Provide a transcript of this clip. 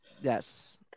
Yes